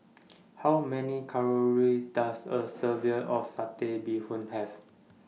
How Many Calories Does A of Satay Bee Hoon Have